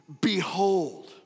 Behold